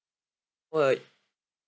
alright